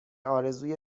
آرزوی